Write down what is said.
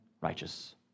righteous